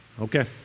Okay